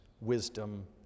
wisdom